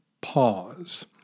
pause